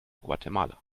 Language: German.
guatemala